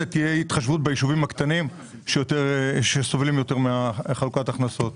תהיה התחשבות ביישובים הקטנים שסובלים יותר מחלוקת ההכנסות.